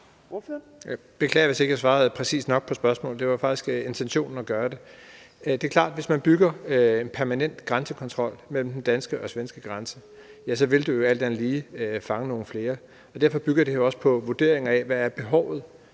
beklager, hvis jeg ikke svarede præcist nok på spørgsmålet. Det var faktisk intentionen at gøre det. Det er klart, at hvis man bygger en permanent grænsekontrol ved den dansk-svenske grænse, vil man alt andet lige fange nogle flere. Derfor bygger det her også på vurderinger af, hvad behovet